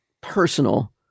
personal